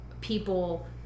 people